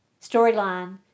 storyline